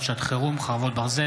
וקבוצת חברי